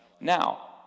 Now